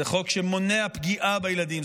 זה חוק שמונע פגיעה בילדים.